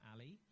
Ali